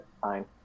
fine